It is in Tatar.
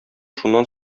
шуннан